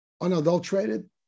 unadulterated